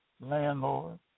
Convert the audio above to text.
landlord